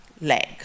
leg